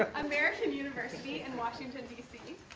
ah american university in washington, d c.